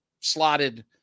slotted